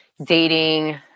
Dating